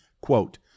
quote